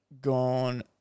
gone